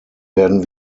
werden